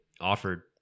offered